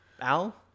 Al